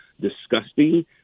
disgusting